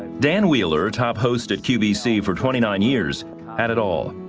dan wheeler top hosted qvc for twenty nine years had it all,